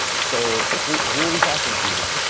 so, who are we talking to here?